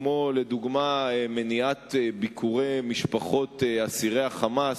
כמו מניעת ביקורי משפחות של אסירי ה"חמאס"